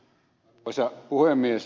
arvoisa puhemies